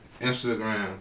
Instagram